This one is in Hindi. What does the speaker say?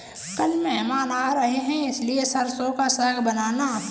कल मेहमान आ रहे हैं इसलिए सरसों का साग बनाना